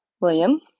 William